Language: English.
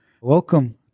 welcome